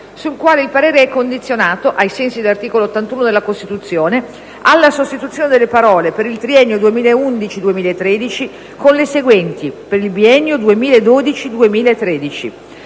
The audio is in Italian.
sul quale il parere è condizionato, ai sensi dell'articolo 81 della Costituzione, alla sostituzione delle parole: «per il triennio 2011-2013» con le seguenti: «per il biennio 2012-2013».